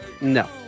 No